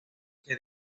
que